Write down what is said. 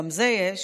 גם זה יש,